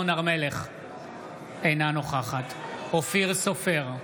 אינה נוכחת אופיר סופר,